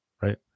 right